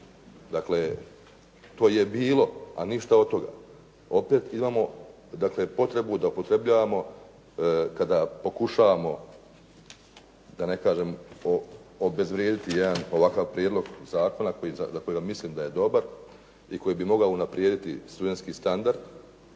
Dakle, to je bilo, a ništa od toga. Opet imamo dakle potrebu da upotrebljavamo kada pokušavamo da ne kažem obezvrijediti jedan ovakav prijedlog zakona za kojega mislim da je dobar i koji bi mogao unaprijediti studenski standard,